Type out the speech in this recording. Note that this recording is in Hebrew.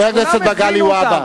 חבר הכנסת מגלי והבה.